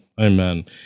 Amen